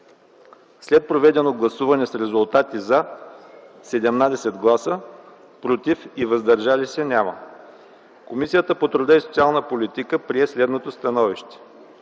След проведено гласуване с резултати: „за” – 17 гласа, „против” и „въздържали се” – няма, Комисията по труда и социалната политика прие следното становище: